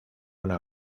una